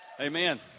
Amen